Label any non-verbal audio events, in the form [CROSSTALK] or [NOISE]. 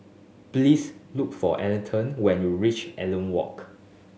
please look for Aleten when you reach [UNINTELLIGIBLE] Walk